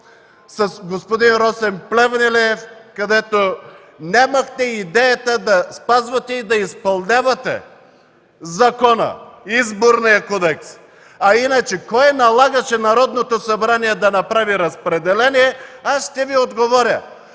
с господин Росен Плевнелиев, където нямахте идеята да спазвате и да изпълнявате закона – Изборния кодекс. Кое налагаше Народното събрание да направи разпределение? Аз ще Ви отговоря